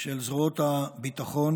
של זרועות הביטחון,